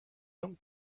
don’t